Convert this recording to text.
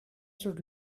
should